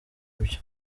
ibyo